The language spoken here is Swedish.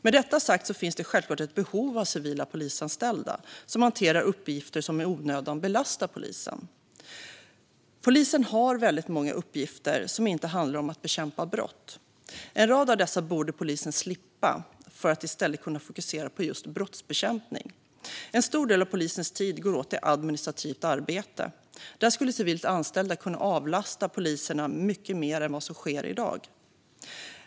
Med detta sagt finns det självklart ett behov av civila polisanställda som hanterar uppgifter som i onödan belastar polisen. Polisen har väldigt många uppgifter som inte handlar om att bekämpa brott. En rad av dessa borde polisen slippa för att i stället kunna fokusera på just brottsbekämpning. En stor del av polisens tid går åt till administrativt arbete. Där skulle civilt anställda kunna avlasta poliserna mycket mer än vad som sker i dag.